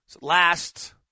last